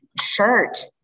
shirt